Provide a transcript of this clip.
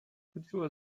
chodziła